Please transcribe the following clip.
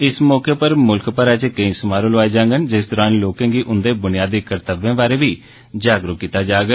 इस मौके उप्पर मुल्ख भरै च केई समारोह लोआए जांडन जिस दौरान लोकें गी उन्दे बुनियादी कर्तव्य बारै जागरूक कीता जाग